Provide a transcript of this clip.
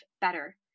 better